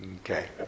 okay